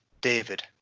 David